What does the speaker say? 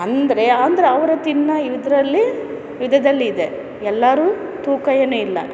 ಅಂದರೆ ಅಂದರೆ ಅವರು ತಿನ್ನೋ ಇದರಲ್ಲಿ ವಿಧದಲ್ಲಿದೆ ಎಲ್ಲರೂ ತೂಕ ಏನು ಇಲ್ಲ